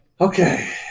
Okay